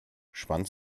spannt